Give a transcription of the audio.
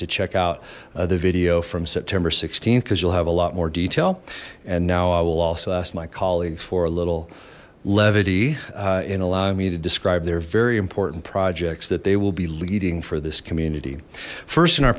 to check out the video from september th because you'll have a lot more detail and now i will also ask my colleagues for a little levity and allowing me to describe their very important projects that they will be leading for this community first in our